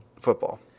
football